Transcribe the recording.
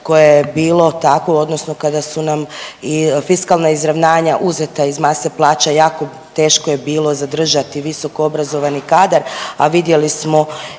koje je bilo takvo odnosno kada su nam fiskalna izravnanja uzeta iz mase plaća jako teško je bilo zadržati visokoobrazovani kadar, a vidjeli smo